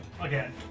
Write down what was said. again